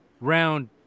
round